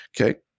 Okay